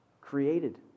created